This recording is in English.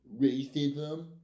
racism